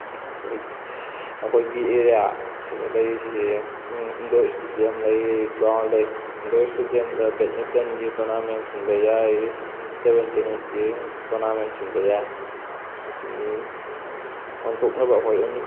ꯑꯩꯈꯣꯏ ꯑꯩꯈꯣꯏꯒꯤ ꯑꯦꯔꯤꯌꯥ ꯑꯁꯤꯗ ꯂꯩꯔꯤꯁꯤ ꯏꯟꯗꯣꯔ ꯏꯁꯇꯗꯤꯌꯝ ꯂꯩ ꯒ꯭ꯔꯥꯎꯟ ꯂꯩ ꯏꯟꯗꯣꯔ ꯏꯁꯇꯦꯗꯤꯌꯝꯗ ꯕꯦꯗꯃꯤꯟꯇꯟꯒꯤ ꯇꯣꯔꯅꯥꯃꯦꯟ ꯁꯤꯟꯕ ꯌꯥꯏ ꯇꯦꯕꯟ ꯇꯦꯅꯤꯁꯀꯤ ꯇꯣꯔꯅꯥꯃꯦꯟ ꯁꯤꯟꯕ ꯌꯥꯏ ꯑꯁꯤ ꯄꯥꯡꯊꯣꯛꯅꯕ ꯑꯩꯈꯣꯏ ꯑꯗꯨꯝ